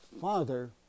father